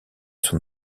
son